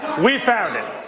we found it.